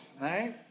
right